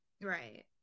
Right